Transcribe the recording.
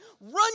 run